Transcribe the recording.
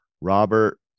Robert